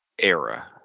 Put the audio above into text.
era